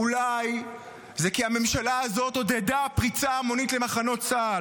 אולי כי הממשלה הזאת עודדה פריצה המונית למחנות צה"ל,